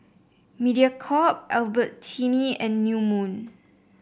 Mediacorp Albertini and New Moon